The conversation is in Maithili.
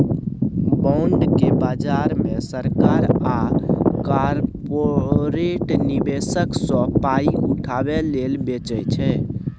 बांड केँ बजार मे सरकार आ कारपोरेट निबेशक सँ पाइ उठाबै लेल बेचै छै